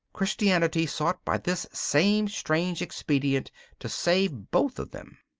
christianity sought by this same strange expedient to save both of them.